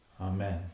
Amen